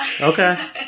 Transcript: Okay